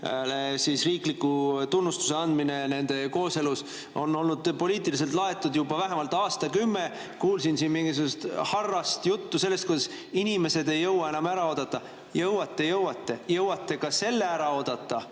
riikliku tunnustuse andmine nende kooselus – see on olnud poliitiliselt laetud juba vähemalt aastakümme. Kuulsin siin mingisugust harrast juttu sellest, kuidas inimesed ei jõua enam ära oodata. Jõuate, jõuate! Jõuate ka selle ära oodata,